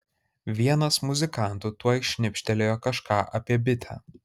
vienas muzikantų tuoj šnibžtelėjo kažką apie bitę